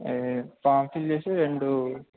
form fill చేసి రెండు